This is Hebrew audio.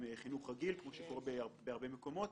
חינוך רגיל כמו שקורה בהרבה מקומות.